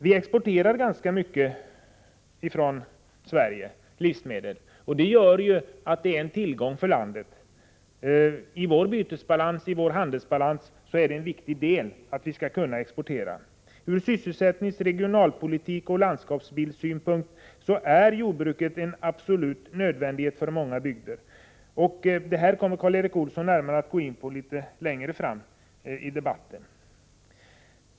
Vi exporterar ganska mycket livsmedel från Sverige, och även detta innebär att livsmedelsproduktionen är en tillgång för landet. I vår handelsbalans ingår som en viktig del att vi har jordbruksprodukter som vi kan exportera. Ur sysselsättningssynpunkt samt ur regionalpolitisk synpunkt och ur landskapsbildssynpunkt är jordbruket en absolut nödvändighet för många bygder. Detta kommer Karl Erik Olsson att närmare gå in på längre fram i debatten.